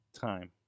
Time